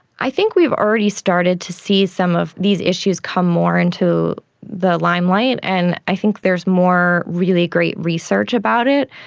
i think we've already started to see some of these issues come more into the limelight, and i think there's more really great research about it.